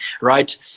right